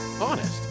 Honest